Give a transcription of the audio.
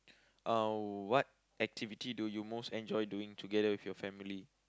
uh what activity do you most enjoy doing together with your family